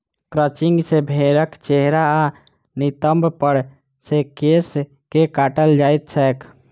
crutching मे भेंड़क चेहरा आ नितंब पर सॅ केश के काटल जाइत छैक